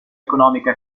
economica